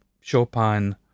Chopin